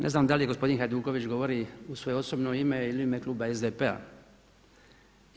Ne znam da li je gospodin Hajduković govori u svoje osobno ime ili u ime kluba SDP-a.